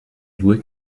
due